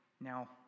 now